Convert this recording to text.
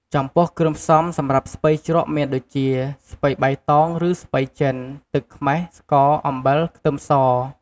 ចំពោះគ្រឿងផ្សំសម្រាប់ស្ពៃជ្រក់មានដូចជា ស្ពៃបៃតឬស្ពៃចិន ទឹកខ្មេះ ស្ករ អំបិល ខ្ទឹមស។